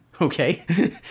Okay